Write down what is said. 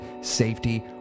safety